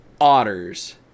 otters